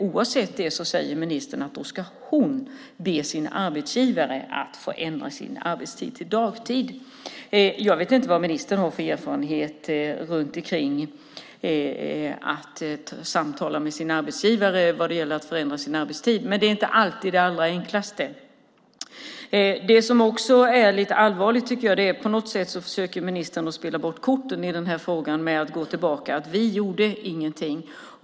Oavsett det säger ministern att då ska hon be sin arbetsgivare att få ändra sin arbetstid till dagtid. Jag vet inte vad ministern har för erfarenhet av att samtala med sin arbetsgivare om att förändra sin arbetstid. Det är inte alltid det allra enklaste. Det som jag också tycker är allvarligt är att ministern på något sätt försöker spela bort korten i den här frågan genom att gå tillbaka och säga att vi gjorde ingenting.